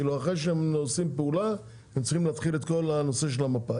אחרי שהם עושים פעולה הם צריכים להתחיל את כל הנושא של המפה.